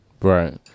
Right